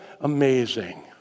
amazing